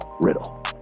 Riddle